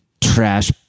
trash